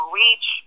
reach